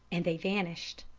and they vanished.